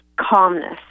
calmness